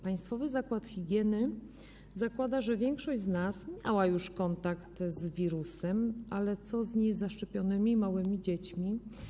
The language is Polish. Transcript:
Państwowy Zakład Higieny zakłada, że większość z nas miała już kontakt z wirusem, ale co z niezaszczepionymi małymi dziećmi?